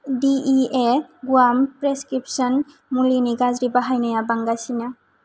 डिइए गुवाम प्रेसक्रिपशन मुलिनि गाज्रि बाहायनाया बांगासिनो